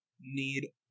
need